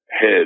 head